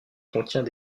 contient